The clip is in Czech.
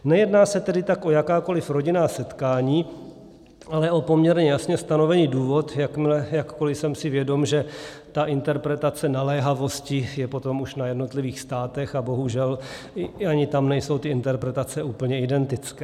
Nejedná se tedy tak o jakákoliv rodinná setkání, ale o poměrně jasně stanovený důvod, jakkoliv jsem si vědom, že ta interpretace naléhavosti je potom už na jednotlivých státech, a bohužel ani tam nejsou ty interpretace úplně identické.